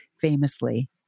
famously